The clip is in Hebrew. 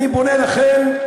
אני פונה אליכם,